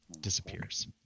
disappears